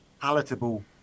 palatable